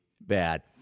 bad